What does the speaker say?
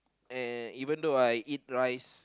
and even though I eat rice